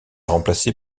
remplacé